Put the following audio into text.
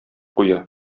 куя